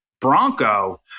Bronco